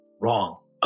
wrong